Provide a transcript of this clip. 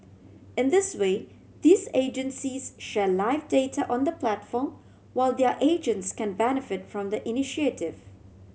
in this way these agencies share live data on the platform while their agents can benefit from the initiative